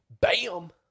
bam